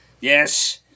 Yes